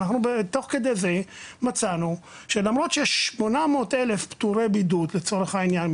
אנחנו תוך כדי מצאנו שלמרות שיש 800 אלף פטורי בידוד לצורך העניין,